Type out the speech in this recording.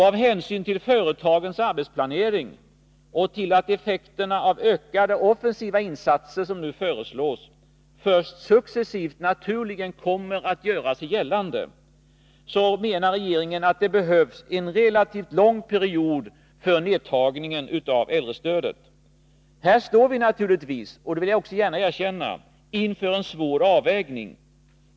Av hänsyn till företagens arbetsplanering och till att effekterna av de ökade offensiva insatser, som nu föreslås, naturligen kommer att göra sig gällande först successivt menar regeringen att det behövs en relativt lång period för nedtrappningen av äldrestödet. Här står vi naturligtvis — och detta vill jag gärna erkänna — inför en svår avvägning.